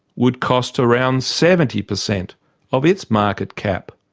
would cost around seventy percent of its market cap.